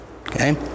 Okay